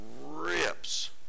rips